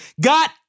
got